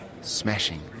smashing